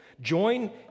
Join